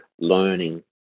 learning